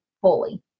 fully